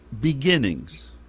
beginnings